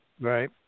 Right